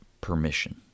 permission